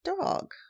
dog